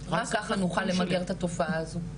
רק ככה נוכל למגר את התופעה הזו,